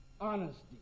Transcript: honesty